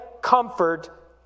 comfort